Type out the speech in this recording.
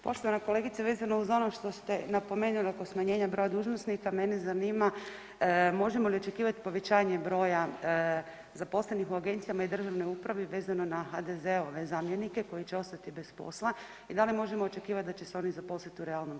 Poštovana kolegice vezano uz ono što ste napomenuli oko smanjenja broja dužnosnika mene zanima možemo li očekivati povećanje broja zaposlenih u agencijama i državnoj upravi vezano na HDZ-ove zamjenike koji će ostati bez posla i da li možemo očekivati da će se oni zaposliti u realnom sektoru?